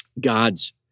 God's